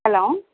hello